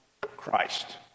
Christ